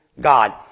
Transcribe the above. God